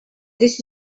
this